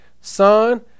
Son